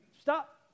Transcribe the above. stop